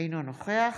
אינו נוכח